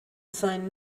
sign